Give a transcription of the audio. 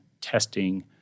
testing